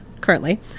currently